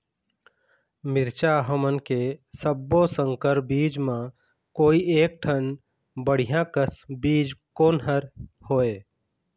मिरचा हमन के सब्बो संकर बीज म कोई एक ठन बढ़िया कस बीज कोन हर होए?